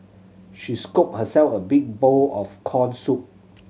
she scooped herself a big bowl of corn soup